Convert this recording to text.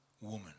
woman